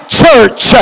church